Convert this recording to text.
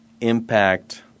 impact